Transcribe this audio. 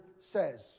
says